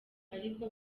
ariko